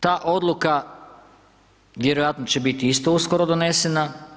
Ta odluka vjerojatno će biti isto uskoro donesena.